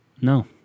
No